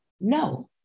No